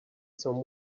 some